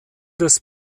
des